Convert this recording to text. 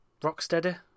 Rocksteady